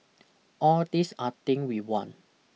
all these are thing we want